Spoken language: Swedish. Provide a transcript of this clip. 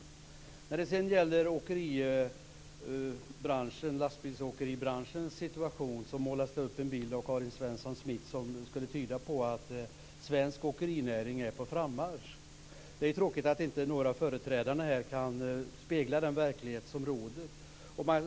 Karin Svensson Smith målar upp en bild av lastbilsåkeribranschens situation som skulle tyda på att svensk åkerinäring är på frammarsch. Det är tråkigt att inte några av företrädarna här kan spegla verkligheten.